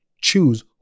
choose